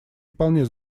вполне